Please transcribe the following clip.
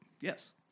Yes